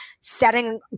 setting